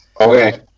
Okay